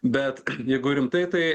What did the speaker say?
bet jeigu rimtai tai